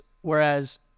whereas